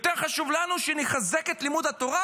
יותר חשוב לנו שנחזק את לימוד התורה,